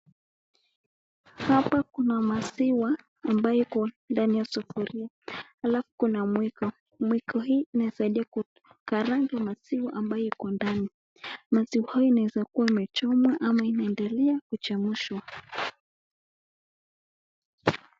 Hapa kuna maziwa ambayo iko ndani ya sufuria alafu kuna mwiko mwiko hii inasaidia kukaranga maziwa ambayo iko ndani maziwa hayo inaeza kuwa imechomwa au inaendelea kuchemshwa.